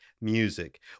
music